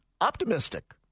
optimistic